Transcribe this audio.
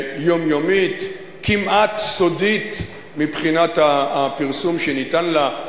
יומיומית, כמעט סודית מבחינת הפרסום שניתן לה,